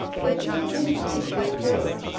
the children shrieked with terror,